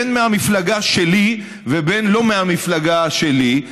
בין מהמפלגה שלי ובין לא מהמפלגה שלי,